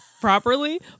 properly